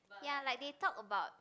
ya like they talk about